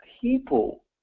people